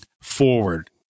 forward